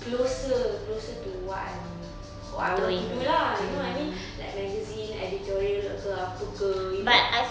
closer closer to what I'm what I want to do lah you know what I mean like magazine editorial ke apa ke you know